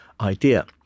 idea